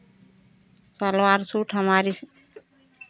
salwar suit हमारे स्